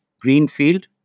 greenfield